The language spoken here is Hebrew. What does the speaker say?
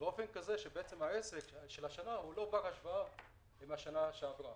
באופן כזה שהעסק של השנה הוא לא בר השוואה עם השנה שעברה.